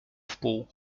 wpół